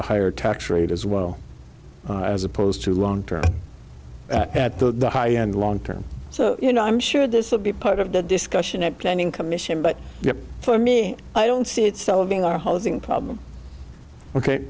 a higher tax rate as well as opposed to long term at the high end long term so you know i'm sure this will be part of the discussion and planning commission but for me i don't see it solving our housing problem ok